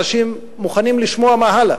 אנשים מוכנים לשמוע מה הלאה,